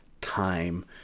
time